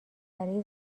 برای